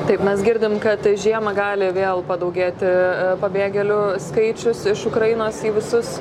taip mes girdim kad žiemą gali vėl padaugėti pabėgėlių skaičius iš ukrainos į visus